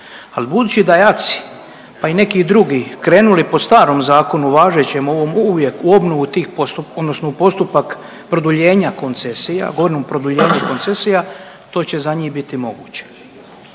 Ali budući da je ACI pa i neki drugi krenuli po starom zakonu važećem ovom, u obnovu tih odnosno u postupak produljenja koncesija, govorim o produljenju koncesija to će za njih biti moguće.